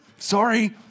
Sorry